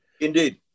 Indeed